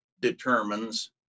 determines